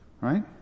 Right